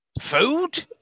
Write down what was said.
food